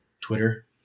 Twitter